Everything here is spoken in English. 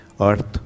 Earth